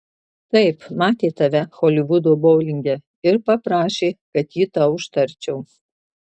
taip matė tave holivudo boulinge ir paprašė kad jį tau užtarčiau